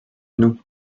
nous